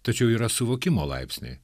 tačiau yra suvokimo laipsniai